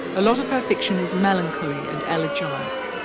a lot of her fiction is melancholy and elegiac.